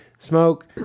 Smoke